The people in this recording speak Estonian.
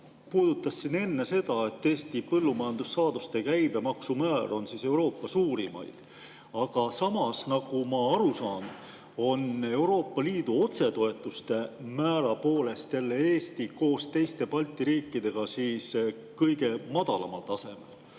puudutas siin enne seda, et Eesti põllumajandussaaduste käibemaksu määr on üks Euroopa suurimaid. Aga samas, nagu ma aru saan, on Euroopa Liidu otsetoetuste määra poolest Eesti koos teiste Balti riikidega kõige madalamal tasemel